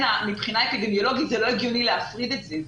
מבחינה אפידמיולוגית זה לא הגיוני להפריד את זה.